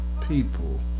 people